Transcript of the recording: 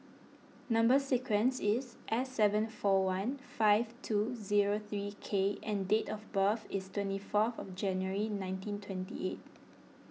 Number Sequence is S seven four one five two zero three K and date of birth is twenty fourth January nineteen twenty eight